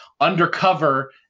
undercover